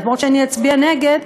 אף-על-פי שאני אצביע נגד,